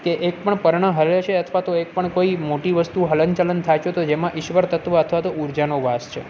કે એકપણ પર્ણ હરે છે અથવા તો એકપણ કોઈ મોટી વસ્તુ હલનચલન થાય તો જેમાં ઈશ્વર તત્ત્વ અથવા તો ઉર્જાનો વાસ છે